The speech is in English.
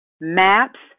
Maps